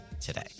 today